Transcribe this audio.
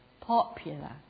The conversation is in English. popular